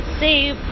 save